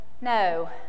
No